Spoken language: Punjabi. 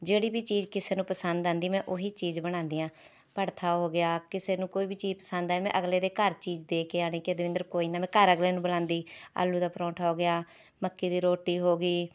ਜਿਹੜੀ ਵੀ ਚੀਜ਼ ਕਿਸੇ ਨੂੰ ਪਸੰਦ ਆਉਂਦੀ ਮੈਂ ਉਹ ਹੀ ਚੀਜ਼ ਬਣਾਉਦੀ ਹਾਂ ਭੜਥਾ ਹੋ ਗਿਆ ਕਿਸੇ ਨੂੰ ਕੋਈ ਵੀ ਚੀਜ਼ ਪਸੰਦ ਆਏ ਮੈਂ ਅਗਲੇ ਦੇ ਘਰ ਚੀਜ਼ ਦੇ ਕੇ ਆਉਣੀ ਕਿ ਦਵਿੰਦਰ ਕੋਈ ਨਾ ਮੈਂ ਘਰ ਅਗਲੇ ਨੂੰ ਬੁਲਾਉਂਦੀ ਆਲੂ ਦਾ ਪਰੋਂਠਾ ਹੋ ਗਿਆ ਮੱਕੀ ਦੀ ਰੋਟੀ ਹੋ ਗਈ